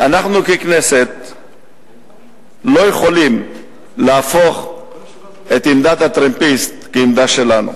אנחנו ככנסת לא יכולים להפוך את עמדת הטרמפיסט לעמדה שלנו.